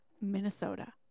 Minnesota